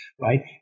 right